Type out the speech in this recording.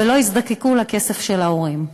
ולא הזדקקו לכסף של ההורים.